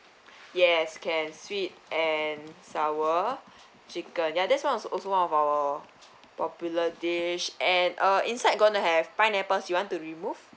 yes can sweet and sour chicken ya that's one also one of our popular dish and uh inside gonna have pineapples you want to remove